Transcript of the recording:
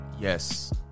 Yes